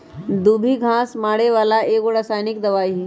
दुभी घास मारे बला एगो रसायनिक दवाइ हइ